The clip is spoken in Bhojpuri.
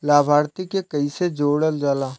लभार्थी के कइसे जोड़ल जाला?